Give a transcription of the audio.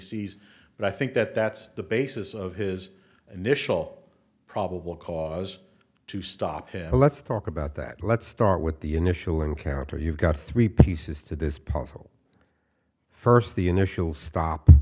sees but i think that that's the basis of his initial probable cause to stop him let's talk about that let's start with the initial encounter you've got three pieces to this puzzle first the initial stop